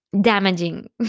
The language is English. damaging